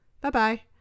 Bye-bye